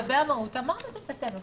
לגבי המהות, אמרנו שזה משתקף יותר.